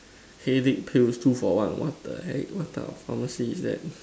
headache pills two for one and what the heck what type of pharmacy is that